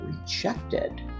rejected